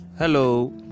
Hello